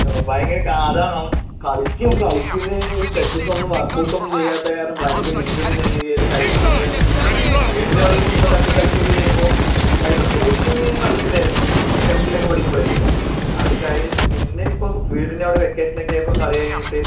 അപ്പോൾ ഭയങ്കര അത് ആണ് നമ്മൾ കളിക്കും കളിച്ച് കഴിഞ്ഞ് സ്ട്രെച്ചസ് ഒന്നും വർക്ക് ഔട്ട് ഒന്നും ചെയ്യാത്ത കാരണം ഭയങ്കര ഇഞ്ചുറിയും തെങ്ങയൊക്കെയായിട്ട് കഴിഞ്ഞ തവണ ഒക്കെ വീടിൻ്റെ അവിടെ ഈ ചുമ്മാ തട്ടി കളിക്കുക ഒക്കെ ചെയ്യുമ്പോൾ കഴിഞ്ഞ സ്പോർട്ട്സ് ടീമിൽ ഞാൻ കളിച്ചിട്ടുണ്ടായിരുന്നു ടെൻത്തിൽ ഒക്കെ പഠിക്കുമ്പോഴേ അത് കഴിഞ്ഞിട്ട് പിന്നെ ഇപ്പോൾ വീടിൻ്റെ അവിടെ വെക്കേഷൻ ഒക്കെ ആയപ്പോൾ കളി കഴിഞ്ഞിട്ട്